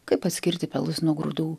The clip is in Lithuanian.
kaip atskirti pelus nuo grūdų